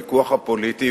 ומטבעו של הוויכוח הפוליטי,